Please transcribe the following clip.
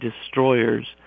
destroyers